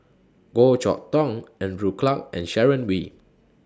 Goh Chok Tong Andrew Clarke and Sharon Wee